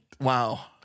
Wow